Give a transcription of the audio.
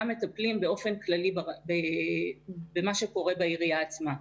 מטפלים באופן כללי במה שקורה בעירייה עצמה.